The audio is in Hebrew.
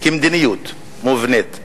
כמדיניות מובנית.